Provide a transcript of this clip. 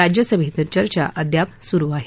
राज्यसभेत ही चर्चा अद्याप सुरु आहे